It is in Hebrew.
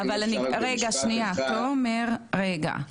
שנייה תומר רגע,